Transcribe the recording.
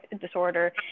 disorder